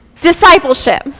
discipleship